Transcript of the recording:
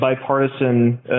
bipartisan